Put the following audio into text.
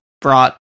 brought